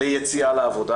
ליציאה לעבודה.